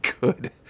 good